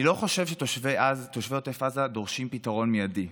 אני לא חושב שתושבי עוטף עזה דורשים פתרון מיידי,